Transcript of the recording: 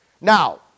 Now